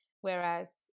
Whereas